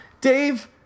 Dave